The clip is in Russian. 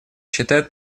считает